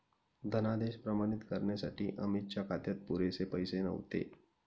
धनादेश प्रमाणित करण्यासाठी अमितच्या खात्यात पुरेसे पैसे नव्हते